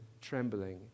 trembling